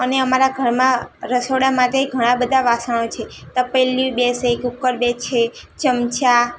અને અમારા ઘરમાં રસોડા માટે ઘણા બધાં વાસણો છે તપેલીઓ બે છે કુકર બે છે ચમચા